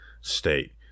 State